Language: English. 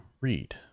read